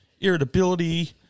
Irritability